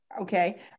Okay